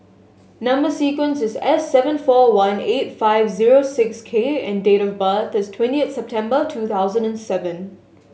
number sequence is S seven four one eight five zero six K and date of birth is twentieth September two thousand and seven